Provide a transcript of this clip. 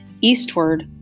Eastward